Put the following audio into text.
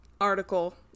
article